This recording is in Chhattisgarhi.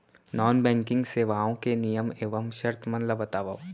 नॉन बैंकिंग सेवाओं के नियम एवं शर्त मन ला बतावव